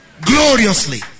Gloriously